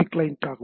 client ஆகும்